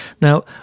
Now